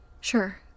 Sure